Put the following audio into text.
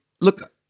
Look